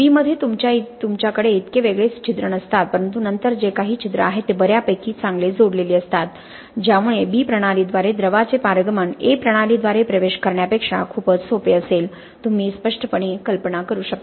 B मध्ये तुमच्याकडे इतके वेगळे छिद्र नसतात परंतु नंतर जे काही छिद्र आहेत ते बऱ्यापैकी चांगले जोडलेले असतात ज्यामुळे B प्रणालीद्वारे द्रवाचे पारगमन A प्रणालीद्वारे प्रवेश करण्यापेक्षा खूपच सोपे असेल तुम्ही स्पष्टपणे कल्पना करू शकता